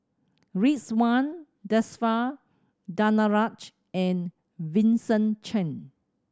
Ridzwan Dzafir Danaraj and Vincent Cheng